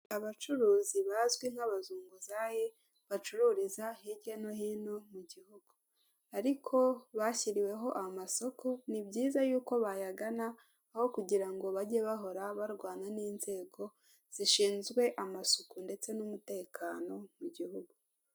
Abacuruzi bazwi nk'abazunguzayi, bacuruzira hirya no hino mu gihugu. Ariko bashyiriweho amasoko, ni byiza yuko bayagana, aho kugira ngo bajye bahora barwana n'izego zishinzwe amasuku ndetse n'umutekano mu gihugu.